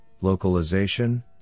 localization